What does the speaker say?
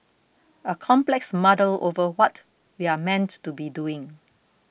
a complex muddle over what we're meant to be doing